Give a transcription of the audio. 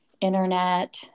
internet